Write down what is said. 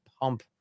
pump